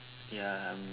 ya I'm